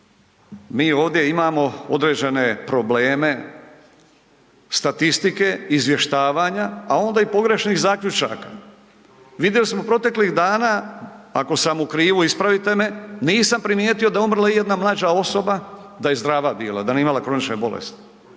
mi ovdje imamo određene probleme statistike izvještavanja, a onda i pogrešnih zaključaka. Vidjeli smo proteklih dana, ako sam u krivu ispravite me, nisam primijetio da je umrla ijedna mlađa osoba da je zdrava bila, da nije imala kronične bolesti.